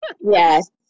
Yes